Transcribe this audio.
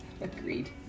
agreed